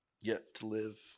yet-to-live